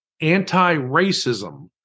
Anti-racism